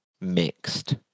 mixed